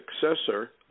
successor